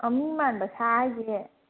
ꯃꯤ ꯃꯥꯟꯕ ꯁꯥ ꯍꯥꯏꯁꯦ